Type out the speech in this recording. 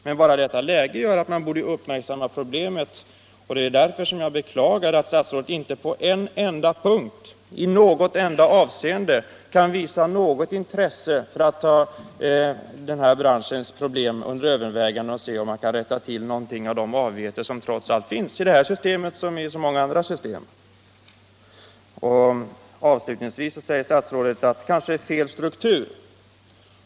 Men bara detta läge gör att man borde uppmärksamma problemet. Det är därför som jag beklagar att statsrådet inte på en enda punkt i något enda avseende kan visa något intresse för att ta den här branschens problem under övervägande och se om man kan rätta till någonting av de avigheter som trots allt finns i det här systemet. Avslutningsvis säger statsrådet att det kanske är fel struktur.